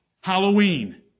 Halloween